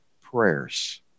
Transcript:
prayers